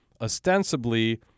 ostensibly